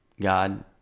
god